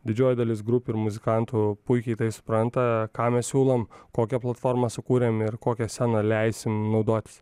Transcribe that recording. didžioji dalis grupių ir muzikantų puikiai tai supranta ką mes siūlom kokią platformą sukūrėm ir kokia scena leisim naudotis